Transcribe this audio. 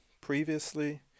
previously